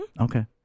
Okay